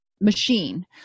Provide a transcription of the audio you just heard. machine